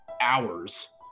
hours